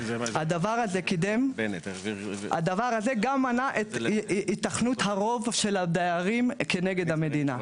הדבר הזה גם מנע את היתכנות הרוב של הדיירים כנגד המדינה.